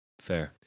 Fair